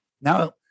now